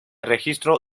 registro